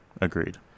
Agreed